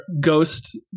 ghost